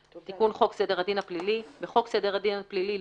תיקון חוק סדר הדין הפלילי 34. בחוק סדר הדין הפלילי ,